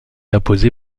apposée